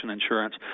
insurance